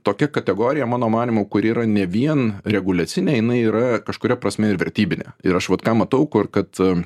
tokia kategorija mano manymu kur yra ne vien reguliacinė jinai yra kažkuria prasme ir vertybinė ir aš vat ką matau kur kad